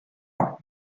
ans